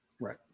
Right